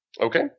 Okay